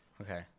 Okay